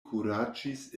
kuraĝis